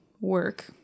work